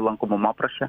lankomumo apraše